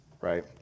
right